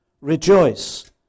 Rejoice